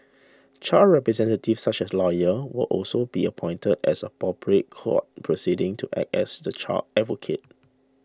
child representatives such as lawyers will also be appointed as a appropriate court proceedings to act as the child's advocate